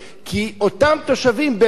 כי אותם תושבים ממילא,